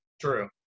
True